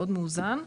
מאוד מאוזן,